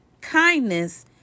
kindness